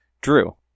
Drew